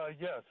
Yes